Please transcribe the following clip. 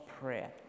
prayer